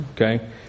okay